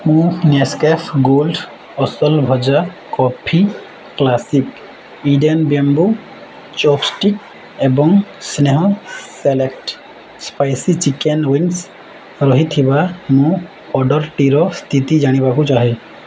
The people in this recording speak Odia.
ମୁଁ ନେସ୍କ୍ୟାଫେ ଗୋଲ୍ଡ ଅସଲ ଭଜା coffee classic Eden bamboo chopstick ଏବଂ ସ୍ନେହ ସିଲେକ୍ଟ ସ୍ପାଇସି ଚିକେନ୍ ୱିଙ୍ଗସ୍ ରହିଥିବା ମୋ ଅର୍ଡ଼ର୍ଟିର ସ୍ଥିତି ଜାଣିବାକୁ ଚାହେଁ